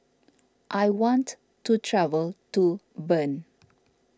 I want to travel to Bern